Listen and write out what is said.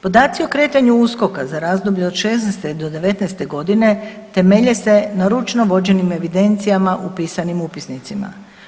Podaci o kretanju USKOK-a za razdoblje od '16.-'19.g. temelje se na ručno vođenim evidencijama upisanim u upisnicima.